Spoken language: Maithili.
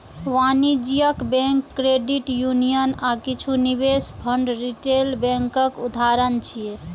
वाणिज्यिक बैंक, क्रेडिट यूनियन आ किछु निवेश फंड रिटेल बैंकक उदाहरण छियै